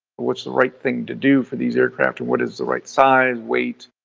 what's the right thing to do for these aircraft and what is the right size, weight,